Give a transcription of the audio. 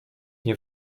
nie